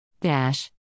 Dash